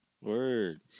Word